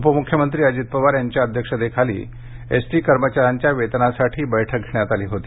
उपमुख्यमंत्री अजित पवार यांच्या अध्यक्षतेखाली एसटी कर्मचाऱ्यांच्या वेतनासाठी बैठक घेण्यात आली होती